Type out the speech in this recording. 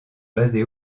basé